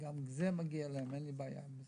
גם זה מגיע להם, אין לי בעיה עם זה,